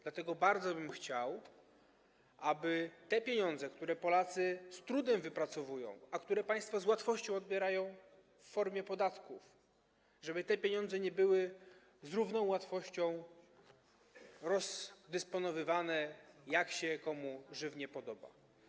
Dlatego bardzo bym chciał, aby te pieniądze, które Polacy z trudem wypracowują, a które państwo z łatwością odbierają w formie podatków, nie były z równą łatwością rozdysponowywane, jak się komu żywnie podoba.